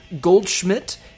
Goldschmidt